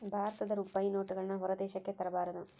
ಭಾರತದ ರೂಪಾಯಿ ನೋಟುಗಳನ್ನು ಹೊರ ದೇಶಕ್ಕೆ ತರಬಾರದು